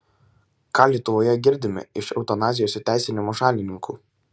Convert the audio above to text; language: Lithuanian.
ką lietuvoje girdime iš eutanazijos įteisinimo šalininkų